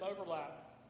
overlap